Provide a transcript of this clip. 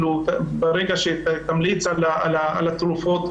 ברגע שתמליץ על התרופות,